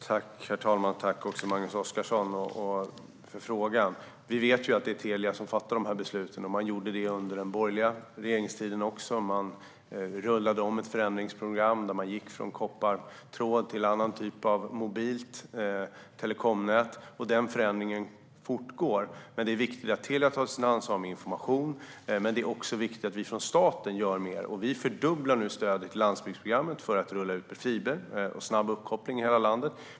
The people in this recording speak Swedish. Herr talman! Tack för frågan, Magnus Oscarsson! Vi vet att det är Telia som fattar dessa beslut. Det gjorde man också under den borgerliga regeringstiden. Man rullade igång ett förändringsprogram där man gick från koppartråd till annan typ av mobilt telekomnät. Den förändringen fortgår, men det är viktigt att Telia tar sitt ansvar när det gäller information. Det är också viktigt att vi från staten gör mer. Vi fördubblar nu stödet till landsbygdsprogrammet för att rulla ut fiber och snabb uppkoppling i hela landet.